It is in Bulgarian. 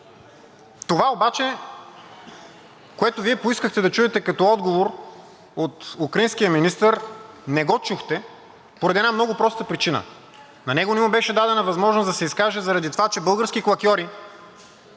Това обаче, което Вие поискахте да чуете като отговор от украинския министър, не го чухте поради една много проста причина. На него не му беше дадена възможност да се изкаже, заради това, че български клакьори